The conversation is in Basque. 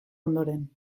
ondoren